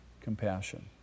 compassion